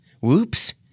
Whoops